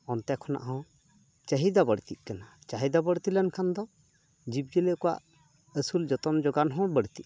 ᱚᱱᱛᱮ ᱠᱷᱚᱱᱟᱜᱦᱚᱸ ᱪᱟᱹᱦᱤᱫᱟ ᱵᱟᱹᱲᱛᱤᱜ ᱠᱟᱱᱟ ᱪᱟᱹᱦᱤᱫᱟ ᱵᱟᱹᱲᱛᱤ ᱞᱮᱱᱠᱷᱟᱱ ᱫᱚ ᱡᱤᱵᱽ ᱡᱤᱭᱟᱹᱞᱤ ᱠᱚᱣᱟᱜ ᱟᱹᱥᱩᱞ ᱡᱚᱛᱚᱱ ᱡᱳᱜᱟᱣᱦᱚᱸ ᱵᱟᱹᱲᱛᱤᱜᱼᱟ